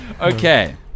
okay